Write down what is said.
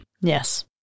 Yes